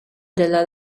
della